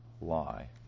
lie